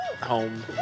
home